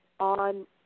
on